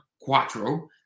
Quattro